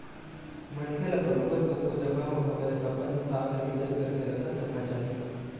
मनखे ल बरोबर कतको जघा म होवय अपन हिसाब ले निवेश करके रखत रहना चाही